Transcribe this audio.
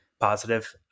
positive